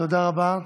תודה רבה.